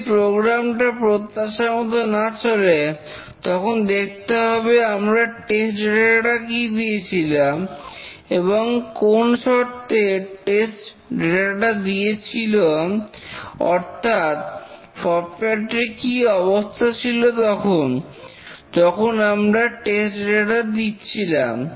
যদি প্রোগ্রাম টা প্রত্যাশামতো না চলে তখন দেখতে হবে আমরা টেস্ট ডেটাটা কি দিয়েছিলাম এবং কোন শর্তে টেস্ট ডেটা টা দিয়েছিলা অর্থাৎ সফটওয়্যার টির কি অবস্থা ছিল তখন যখন আমরা টেস্ট ডাটা টা দিচ্ছিলাম